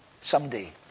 someday